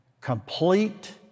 complete